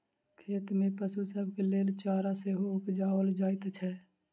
खेत मे पशु सभक लेल चारा सेहो उपजाओल जाइत छै